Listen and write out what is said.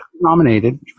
nominated